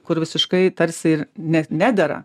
kur visiškai tarsi nes nedera